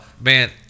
Man